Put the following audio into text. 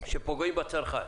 שפוגעים בצרכן.